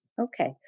Okay